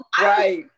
right